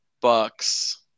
Bucks